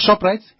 ShopRite